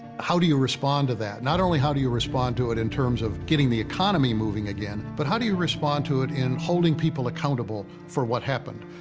how do you respond to that? not only how do you respond to it in terms of getting the economy moving again, but how do you respond to it in holding people accountable for what happened?